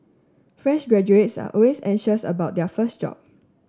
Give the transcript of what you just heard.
fresh graduates are always anxious about their first job